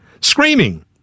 screaming